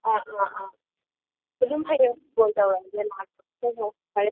ꯑꯥ ꯑꯥ ꯑꯥ ꯑꯗꯨꯝ ꯍꯌꯦꯡ ꯀꯣꯜ ꯇꯧꯔꯛꯑꯒꯦ ꯂꯥꯛꯄꯥꯗ